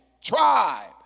tribe